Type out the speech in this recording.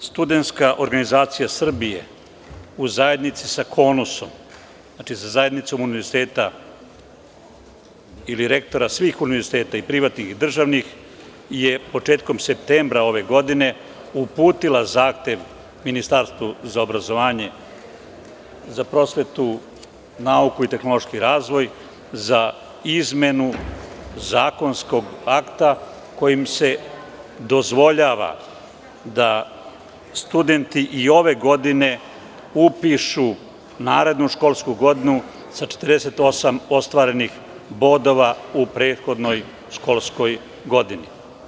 Naime, Studentska organizacija Srbije u zajednici sa KONUS-om, sa Zajednicom univerziteta ili rektora svih univerziteta, i privatnih i državnih, je početkom septembra ove godine uputila zahtev Ministarstvu za prosvetu, nauku i tehnološki razvoj za izmenu zakonskog akta kojim se dozvoljava da studenti i ove godine upišu narednu školsku godinu sa 48 ostvarenih bodova u prethodnoj školskoj godini.